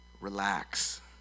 relax